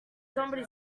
somebody